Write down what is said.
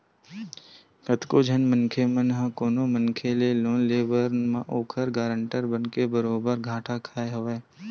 कतको झन मनखे मन ह कोनो मनखे के लोन लेवब म ओखर गारंटर बनके बरोबर घाटा खाय हवय